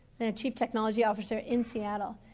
the chief technology officer in seattle.